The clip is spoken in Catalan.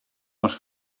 els